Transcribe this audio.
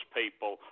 people